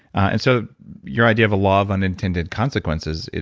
and so your idea of a law of unintended consequences,